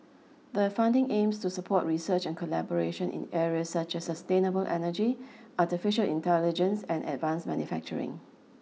the funding aims to support research and collaboration in areas such as sustainable energy artificial intelligence and advance manufacturing